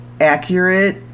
accurate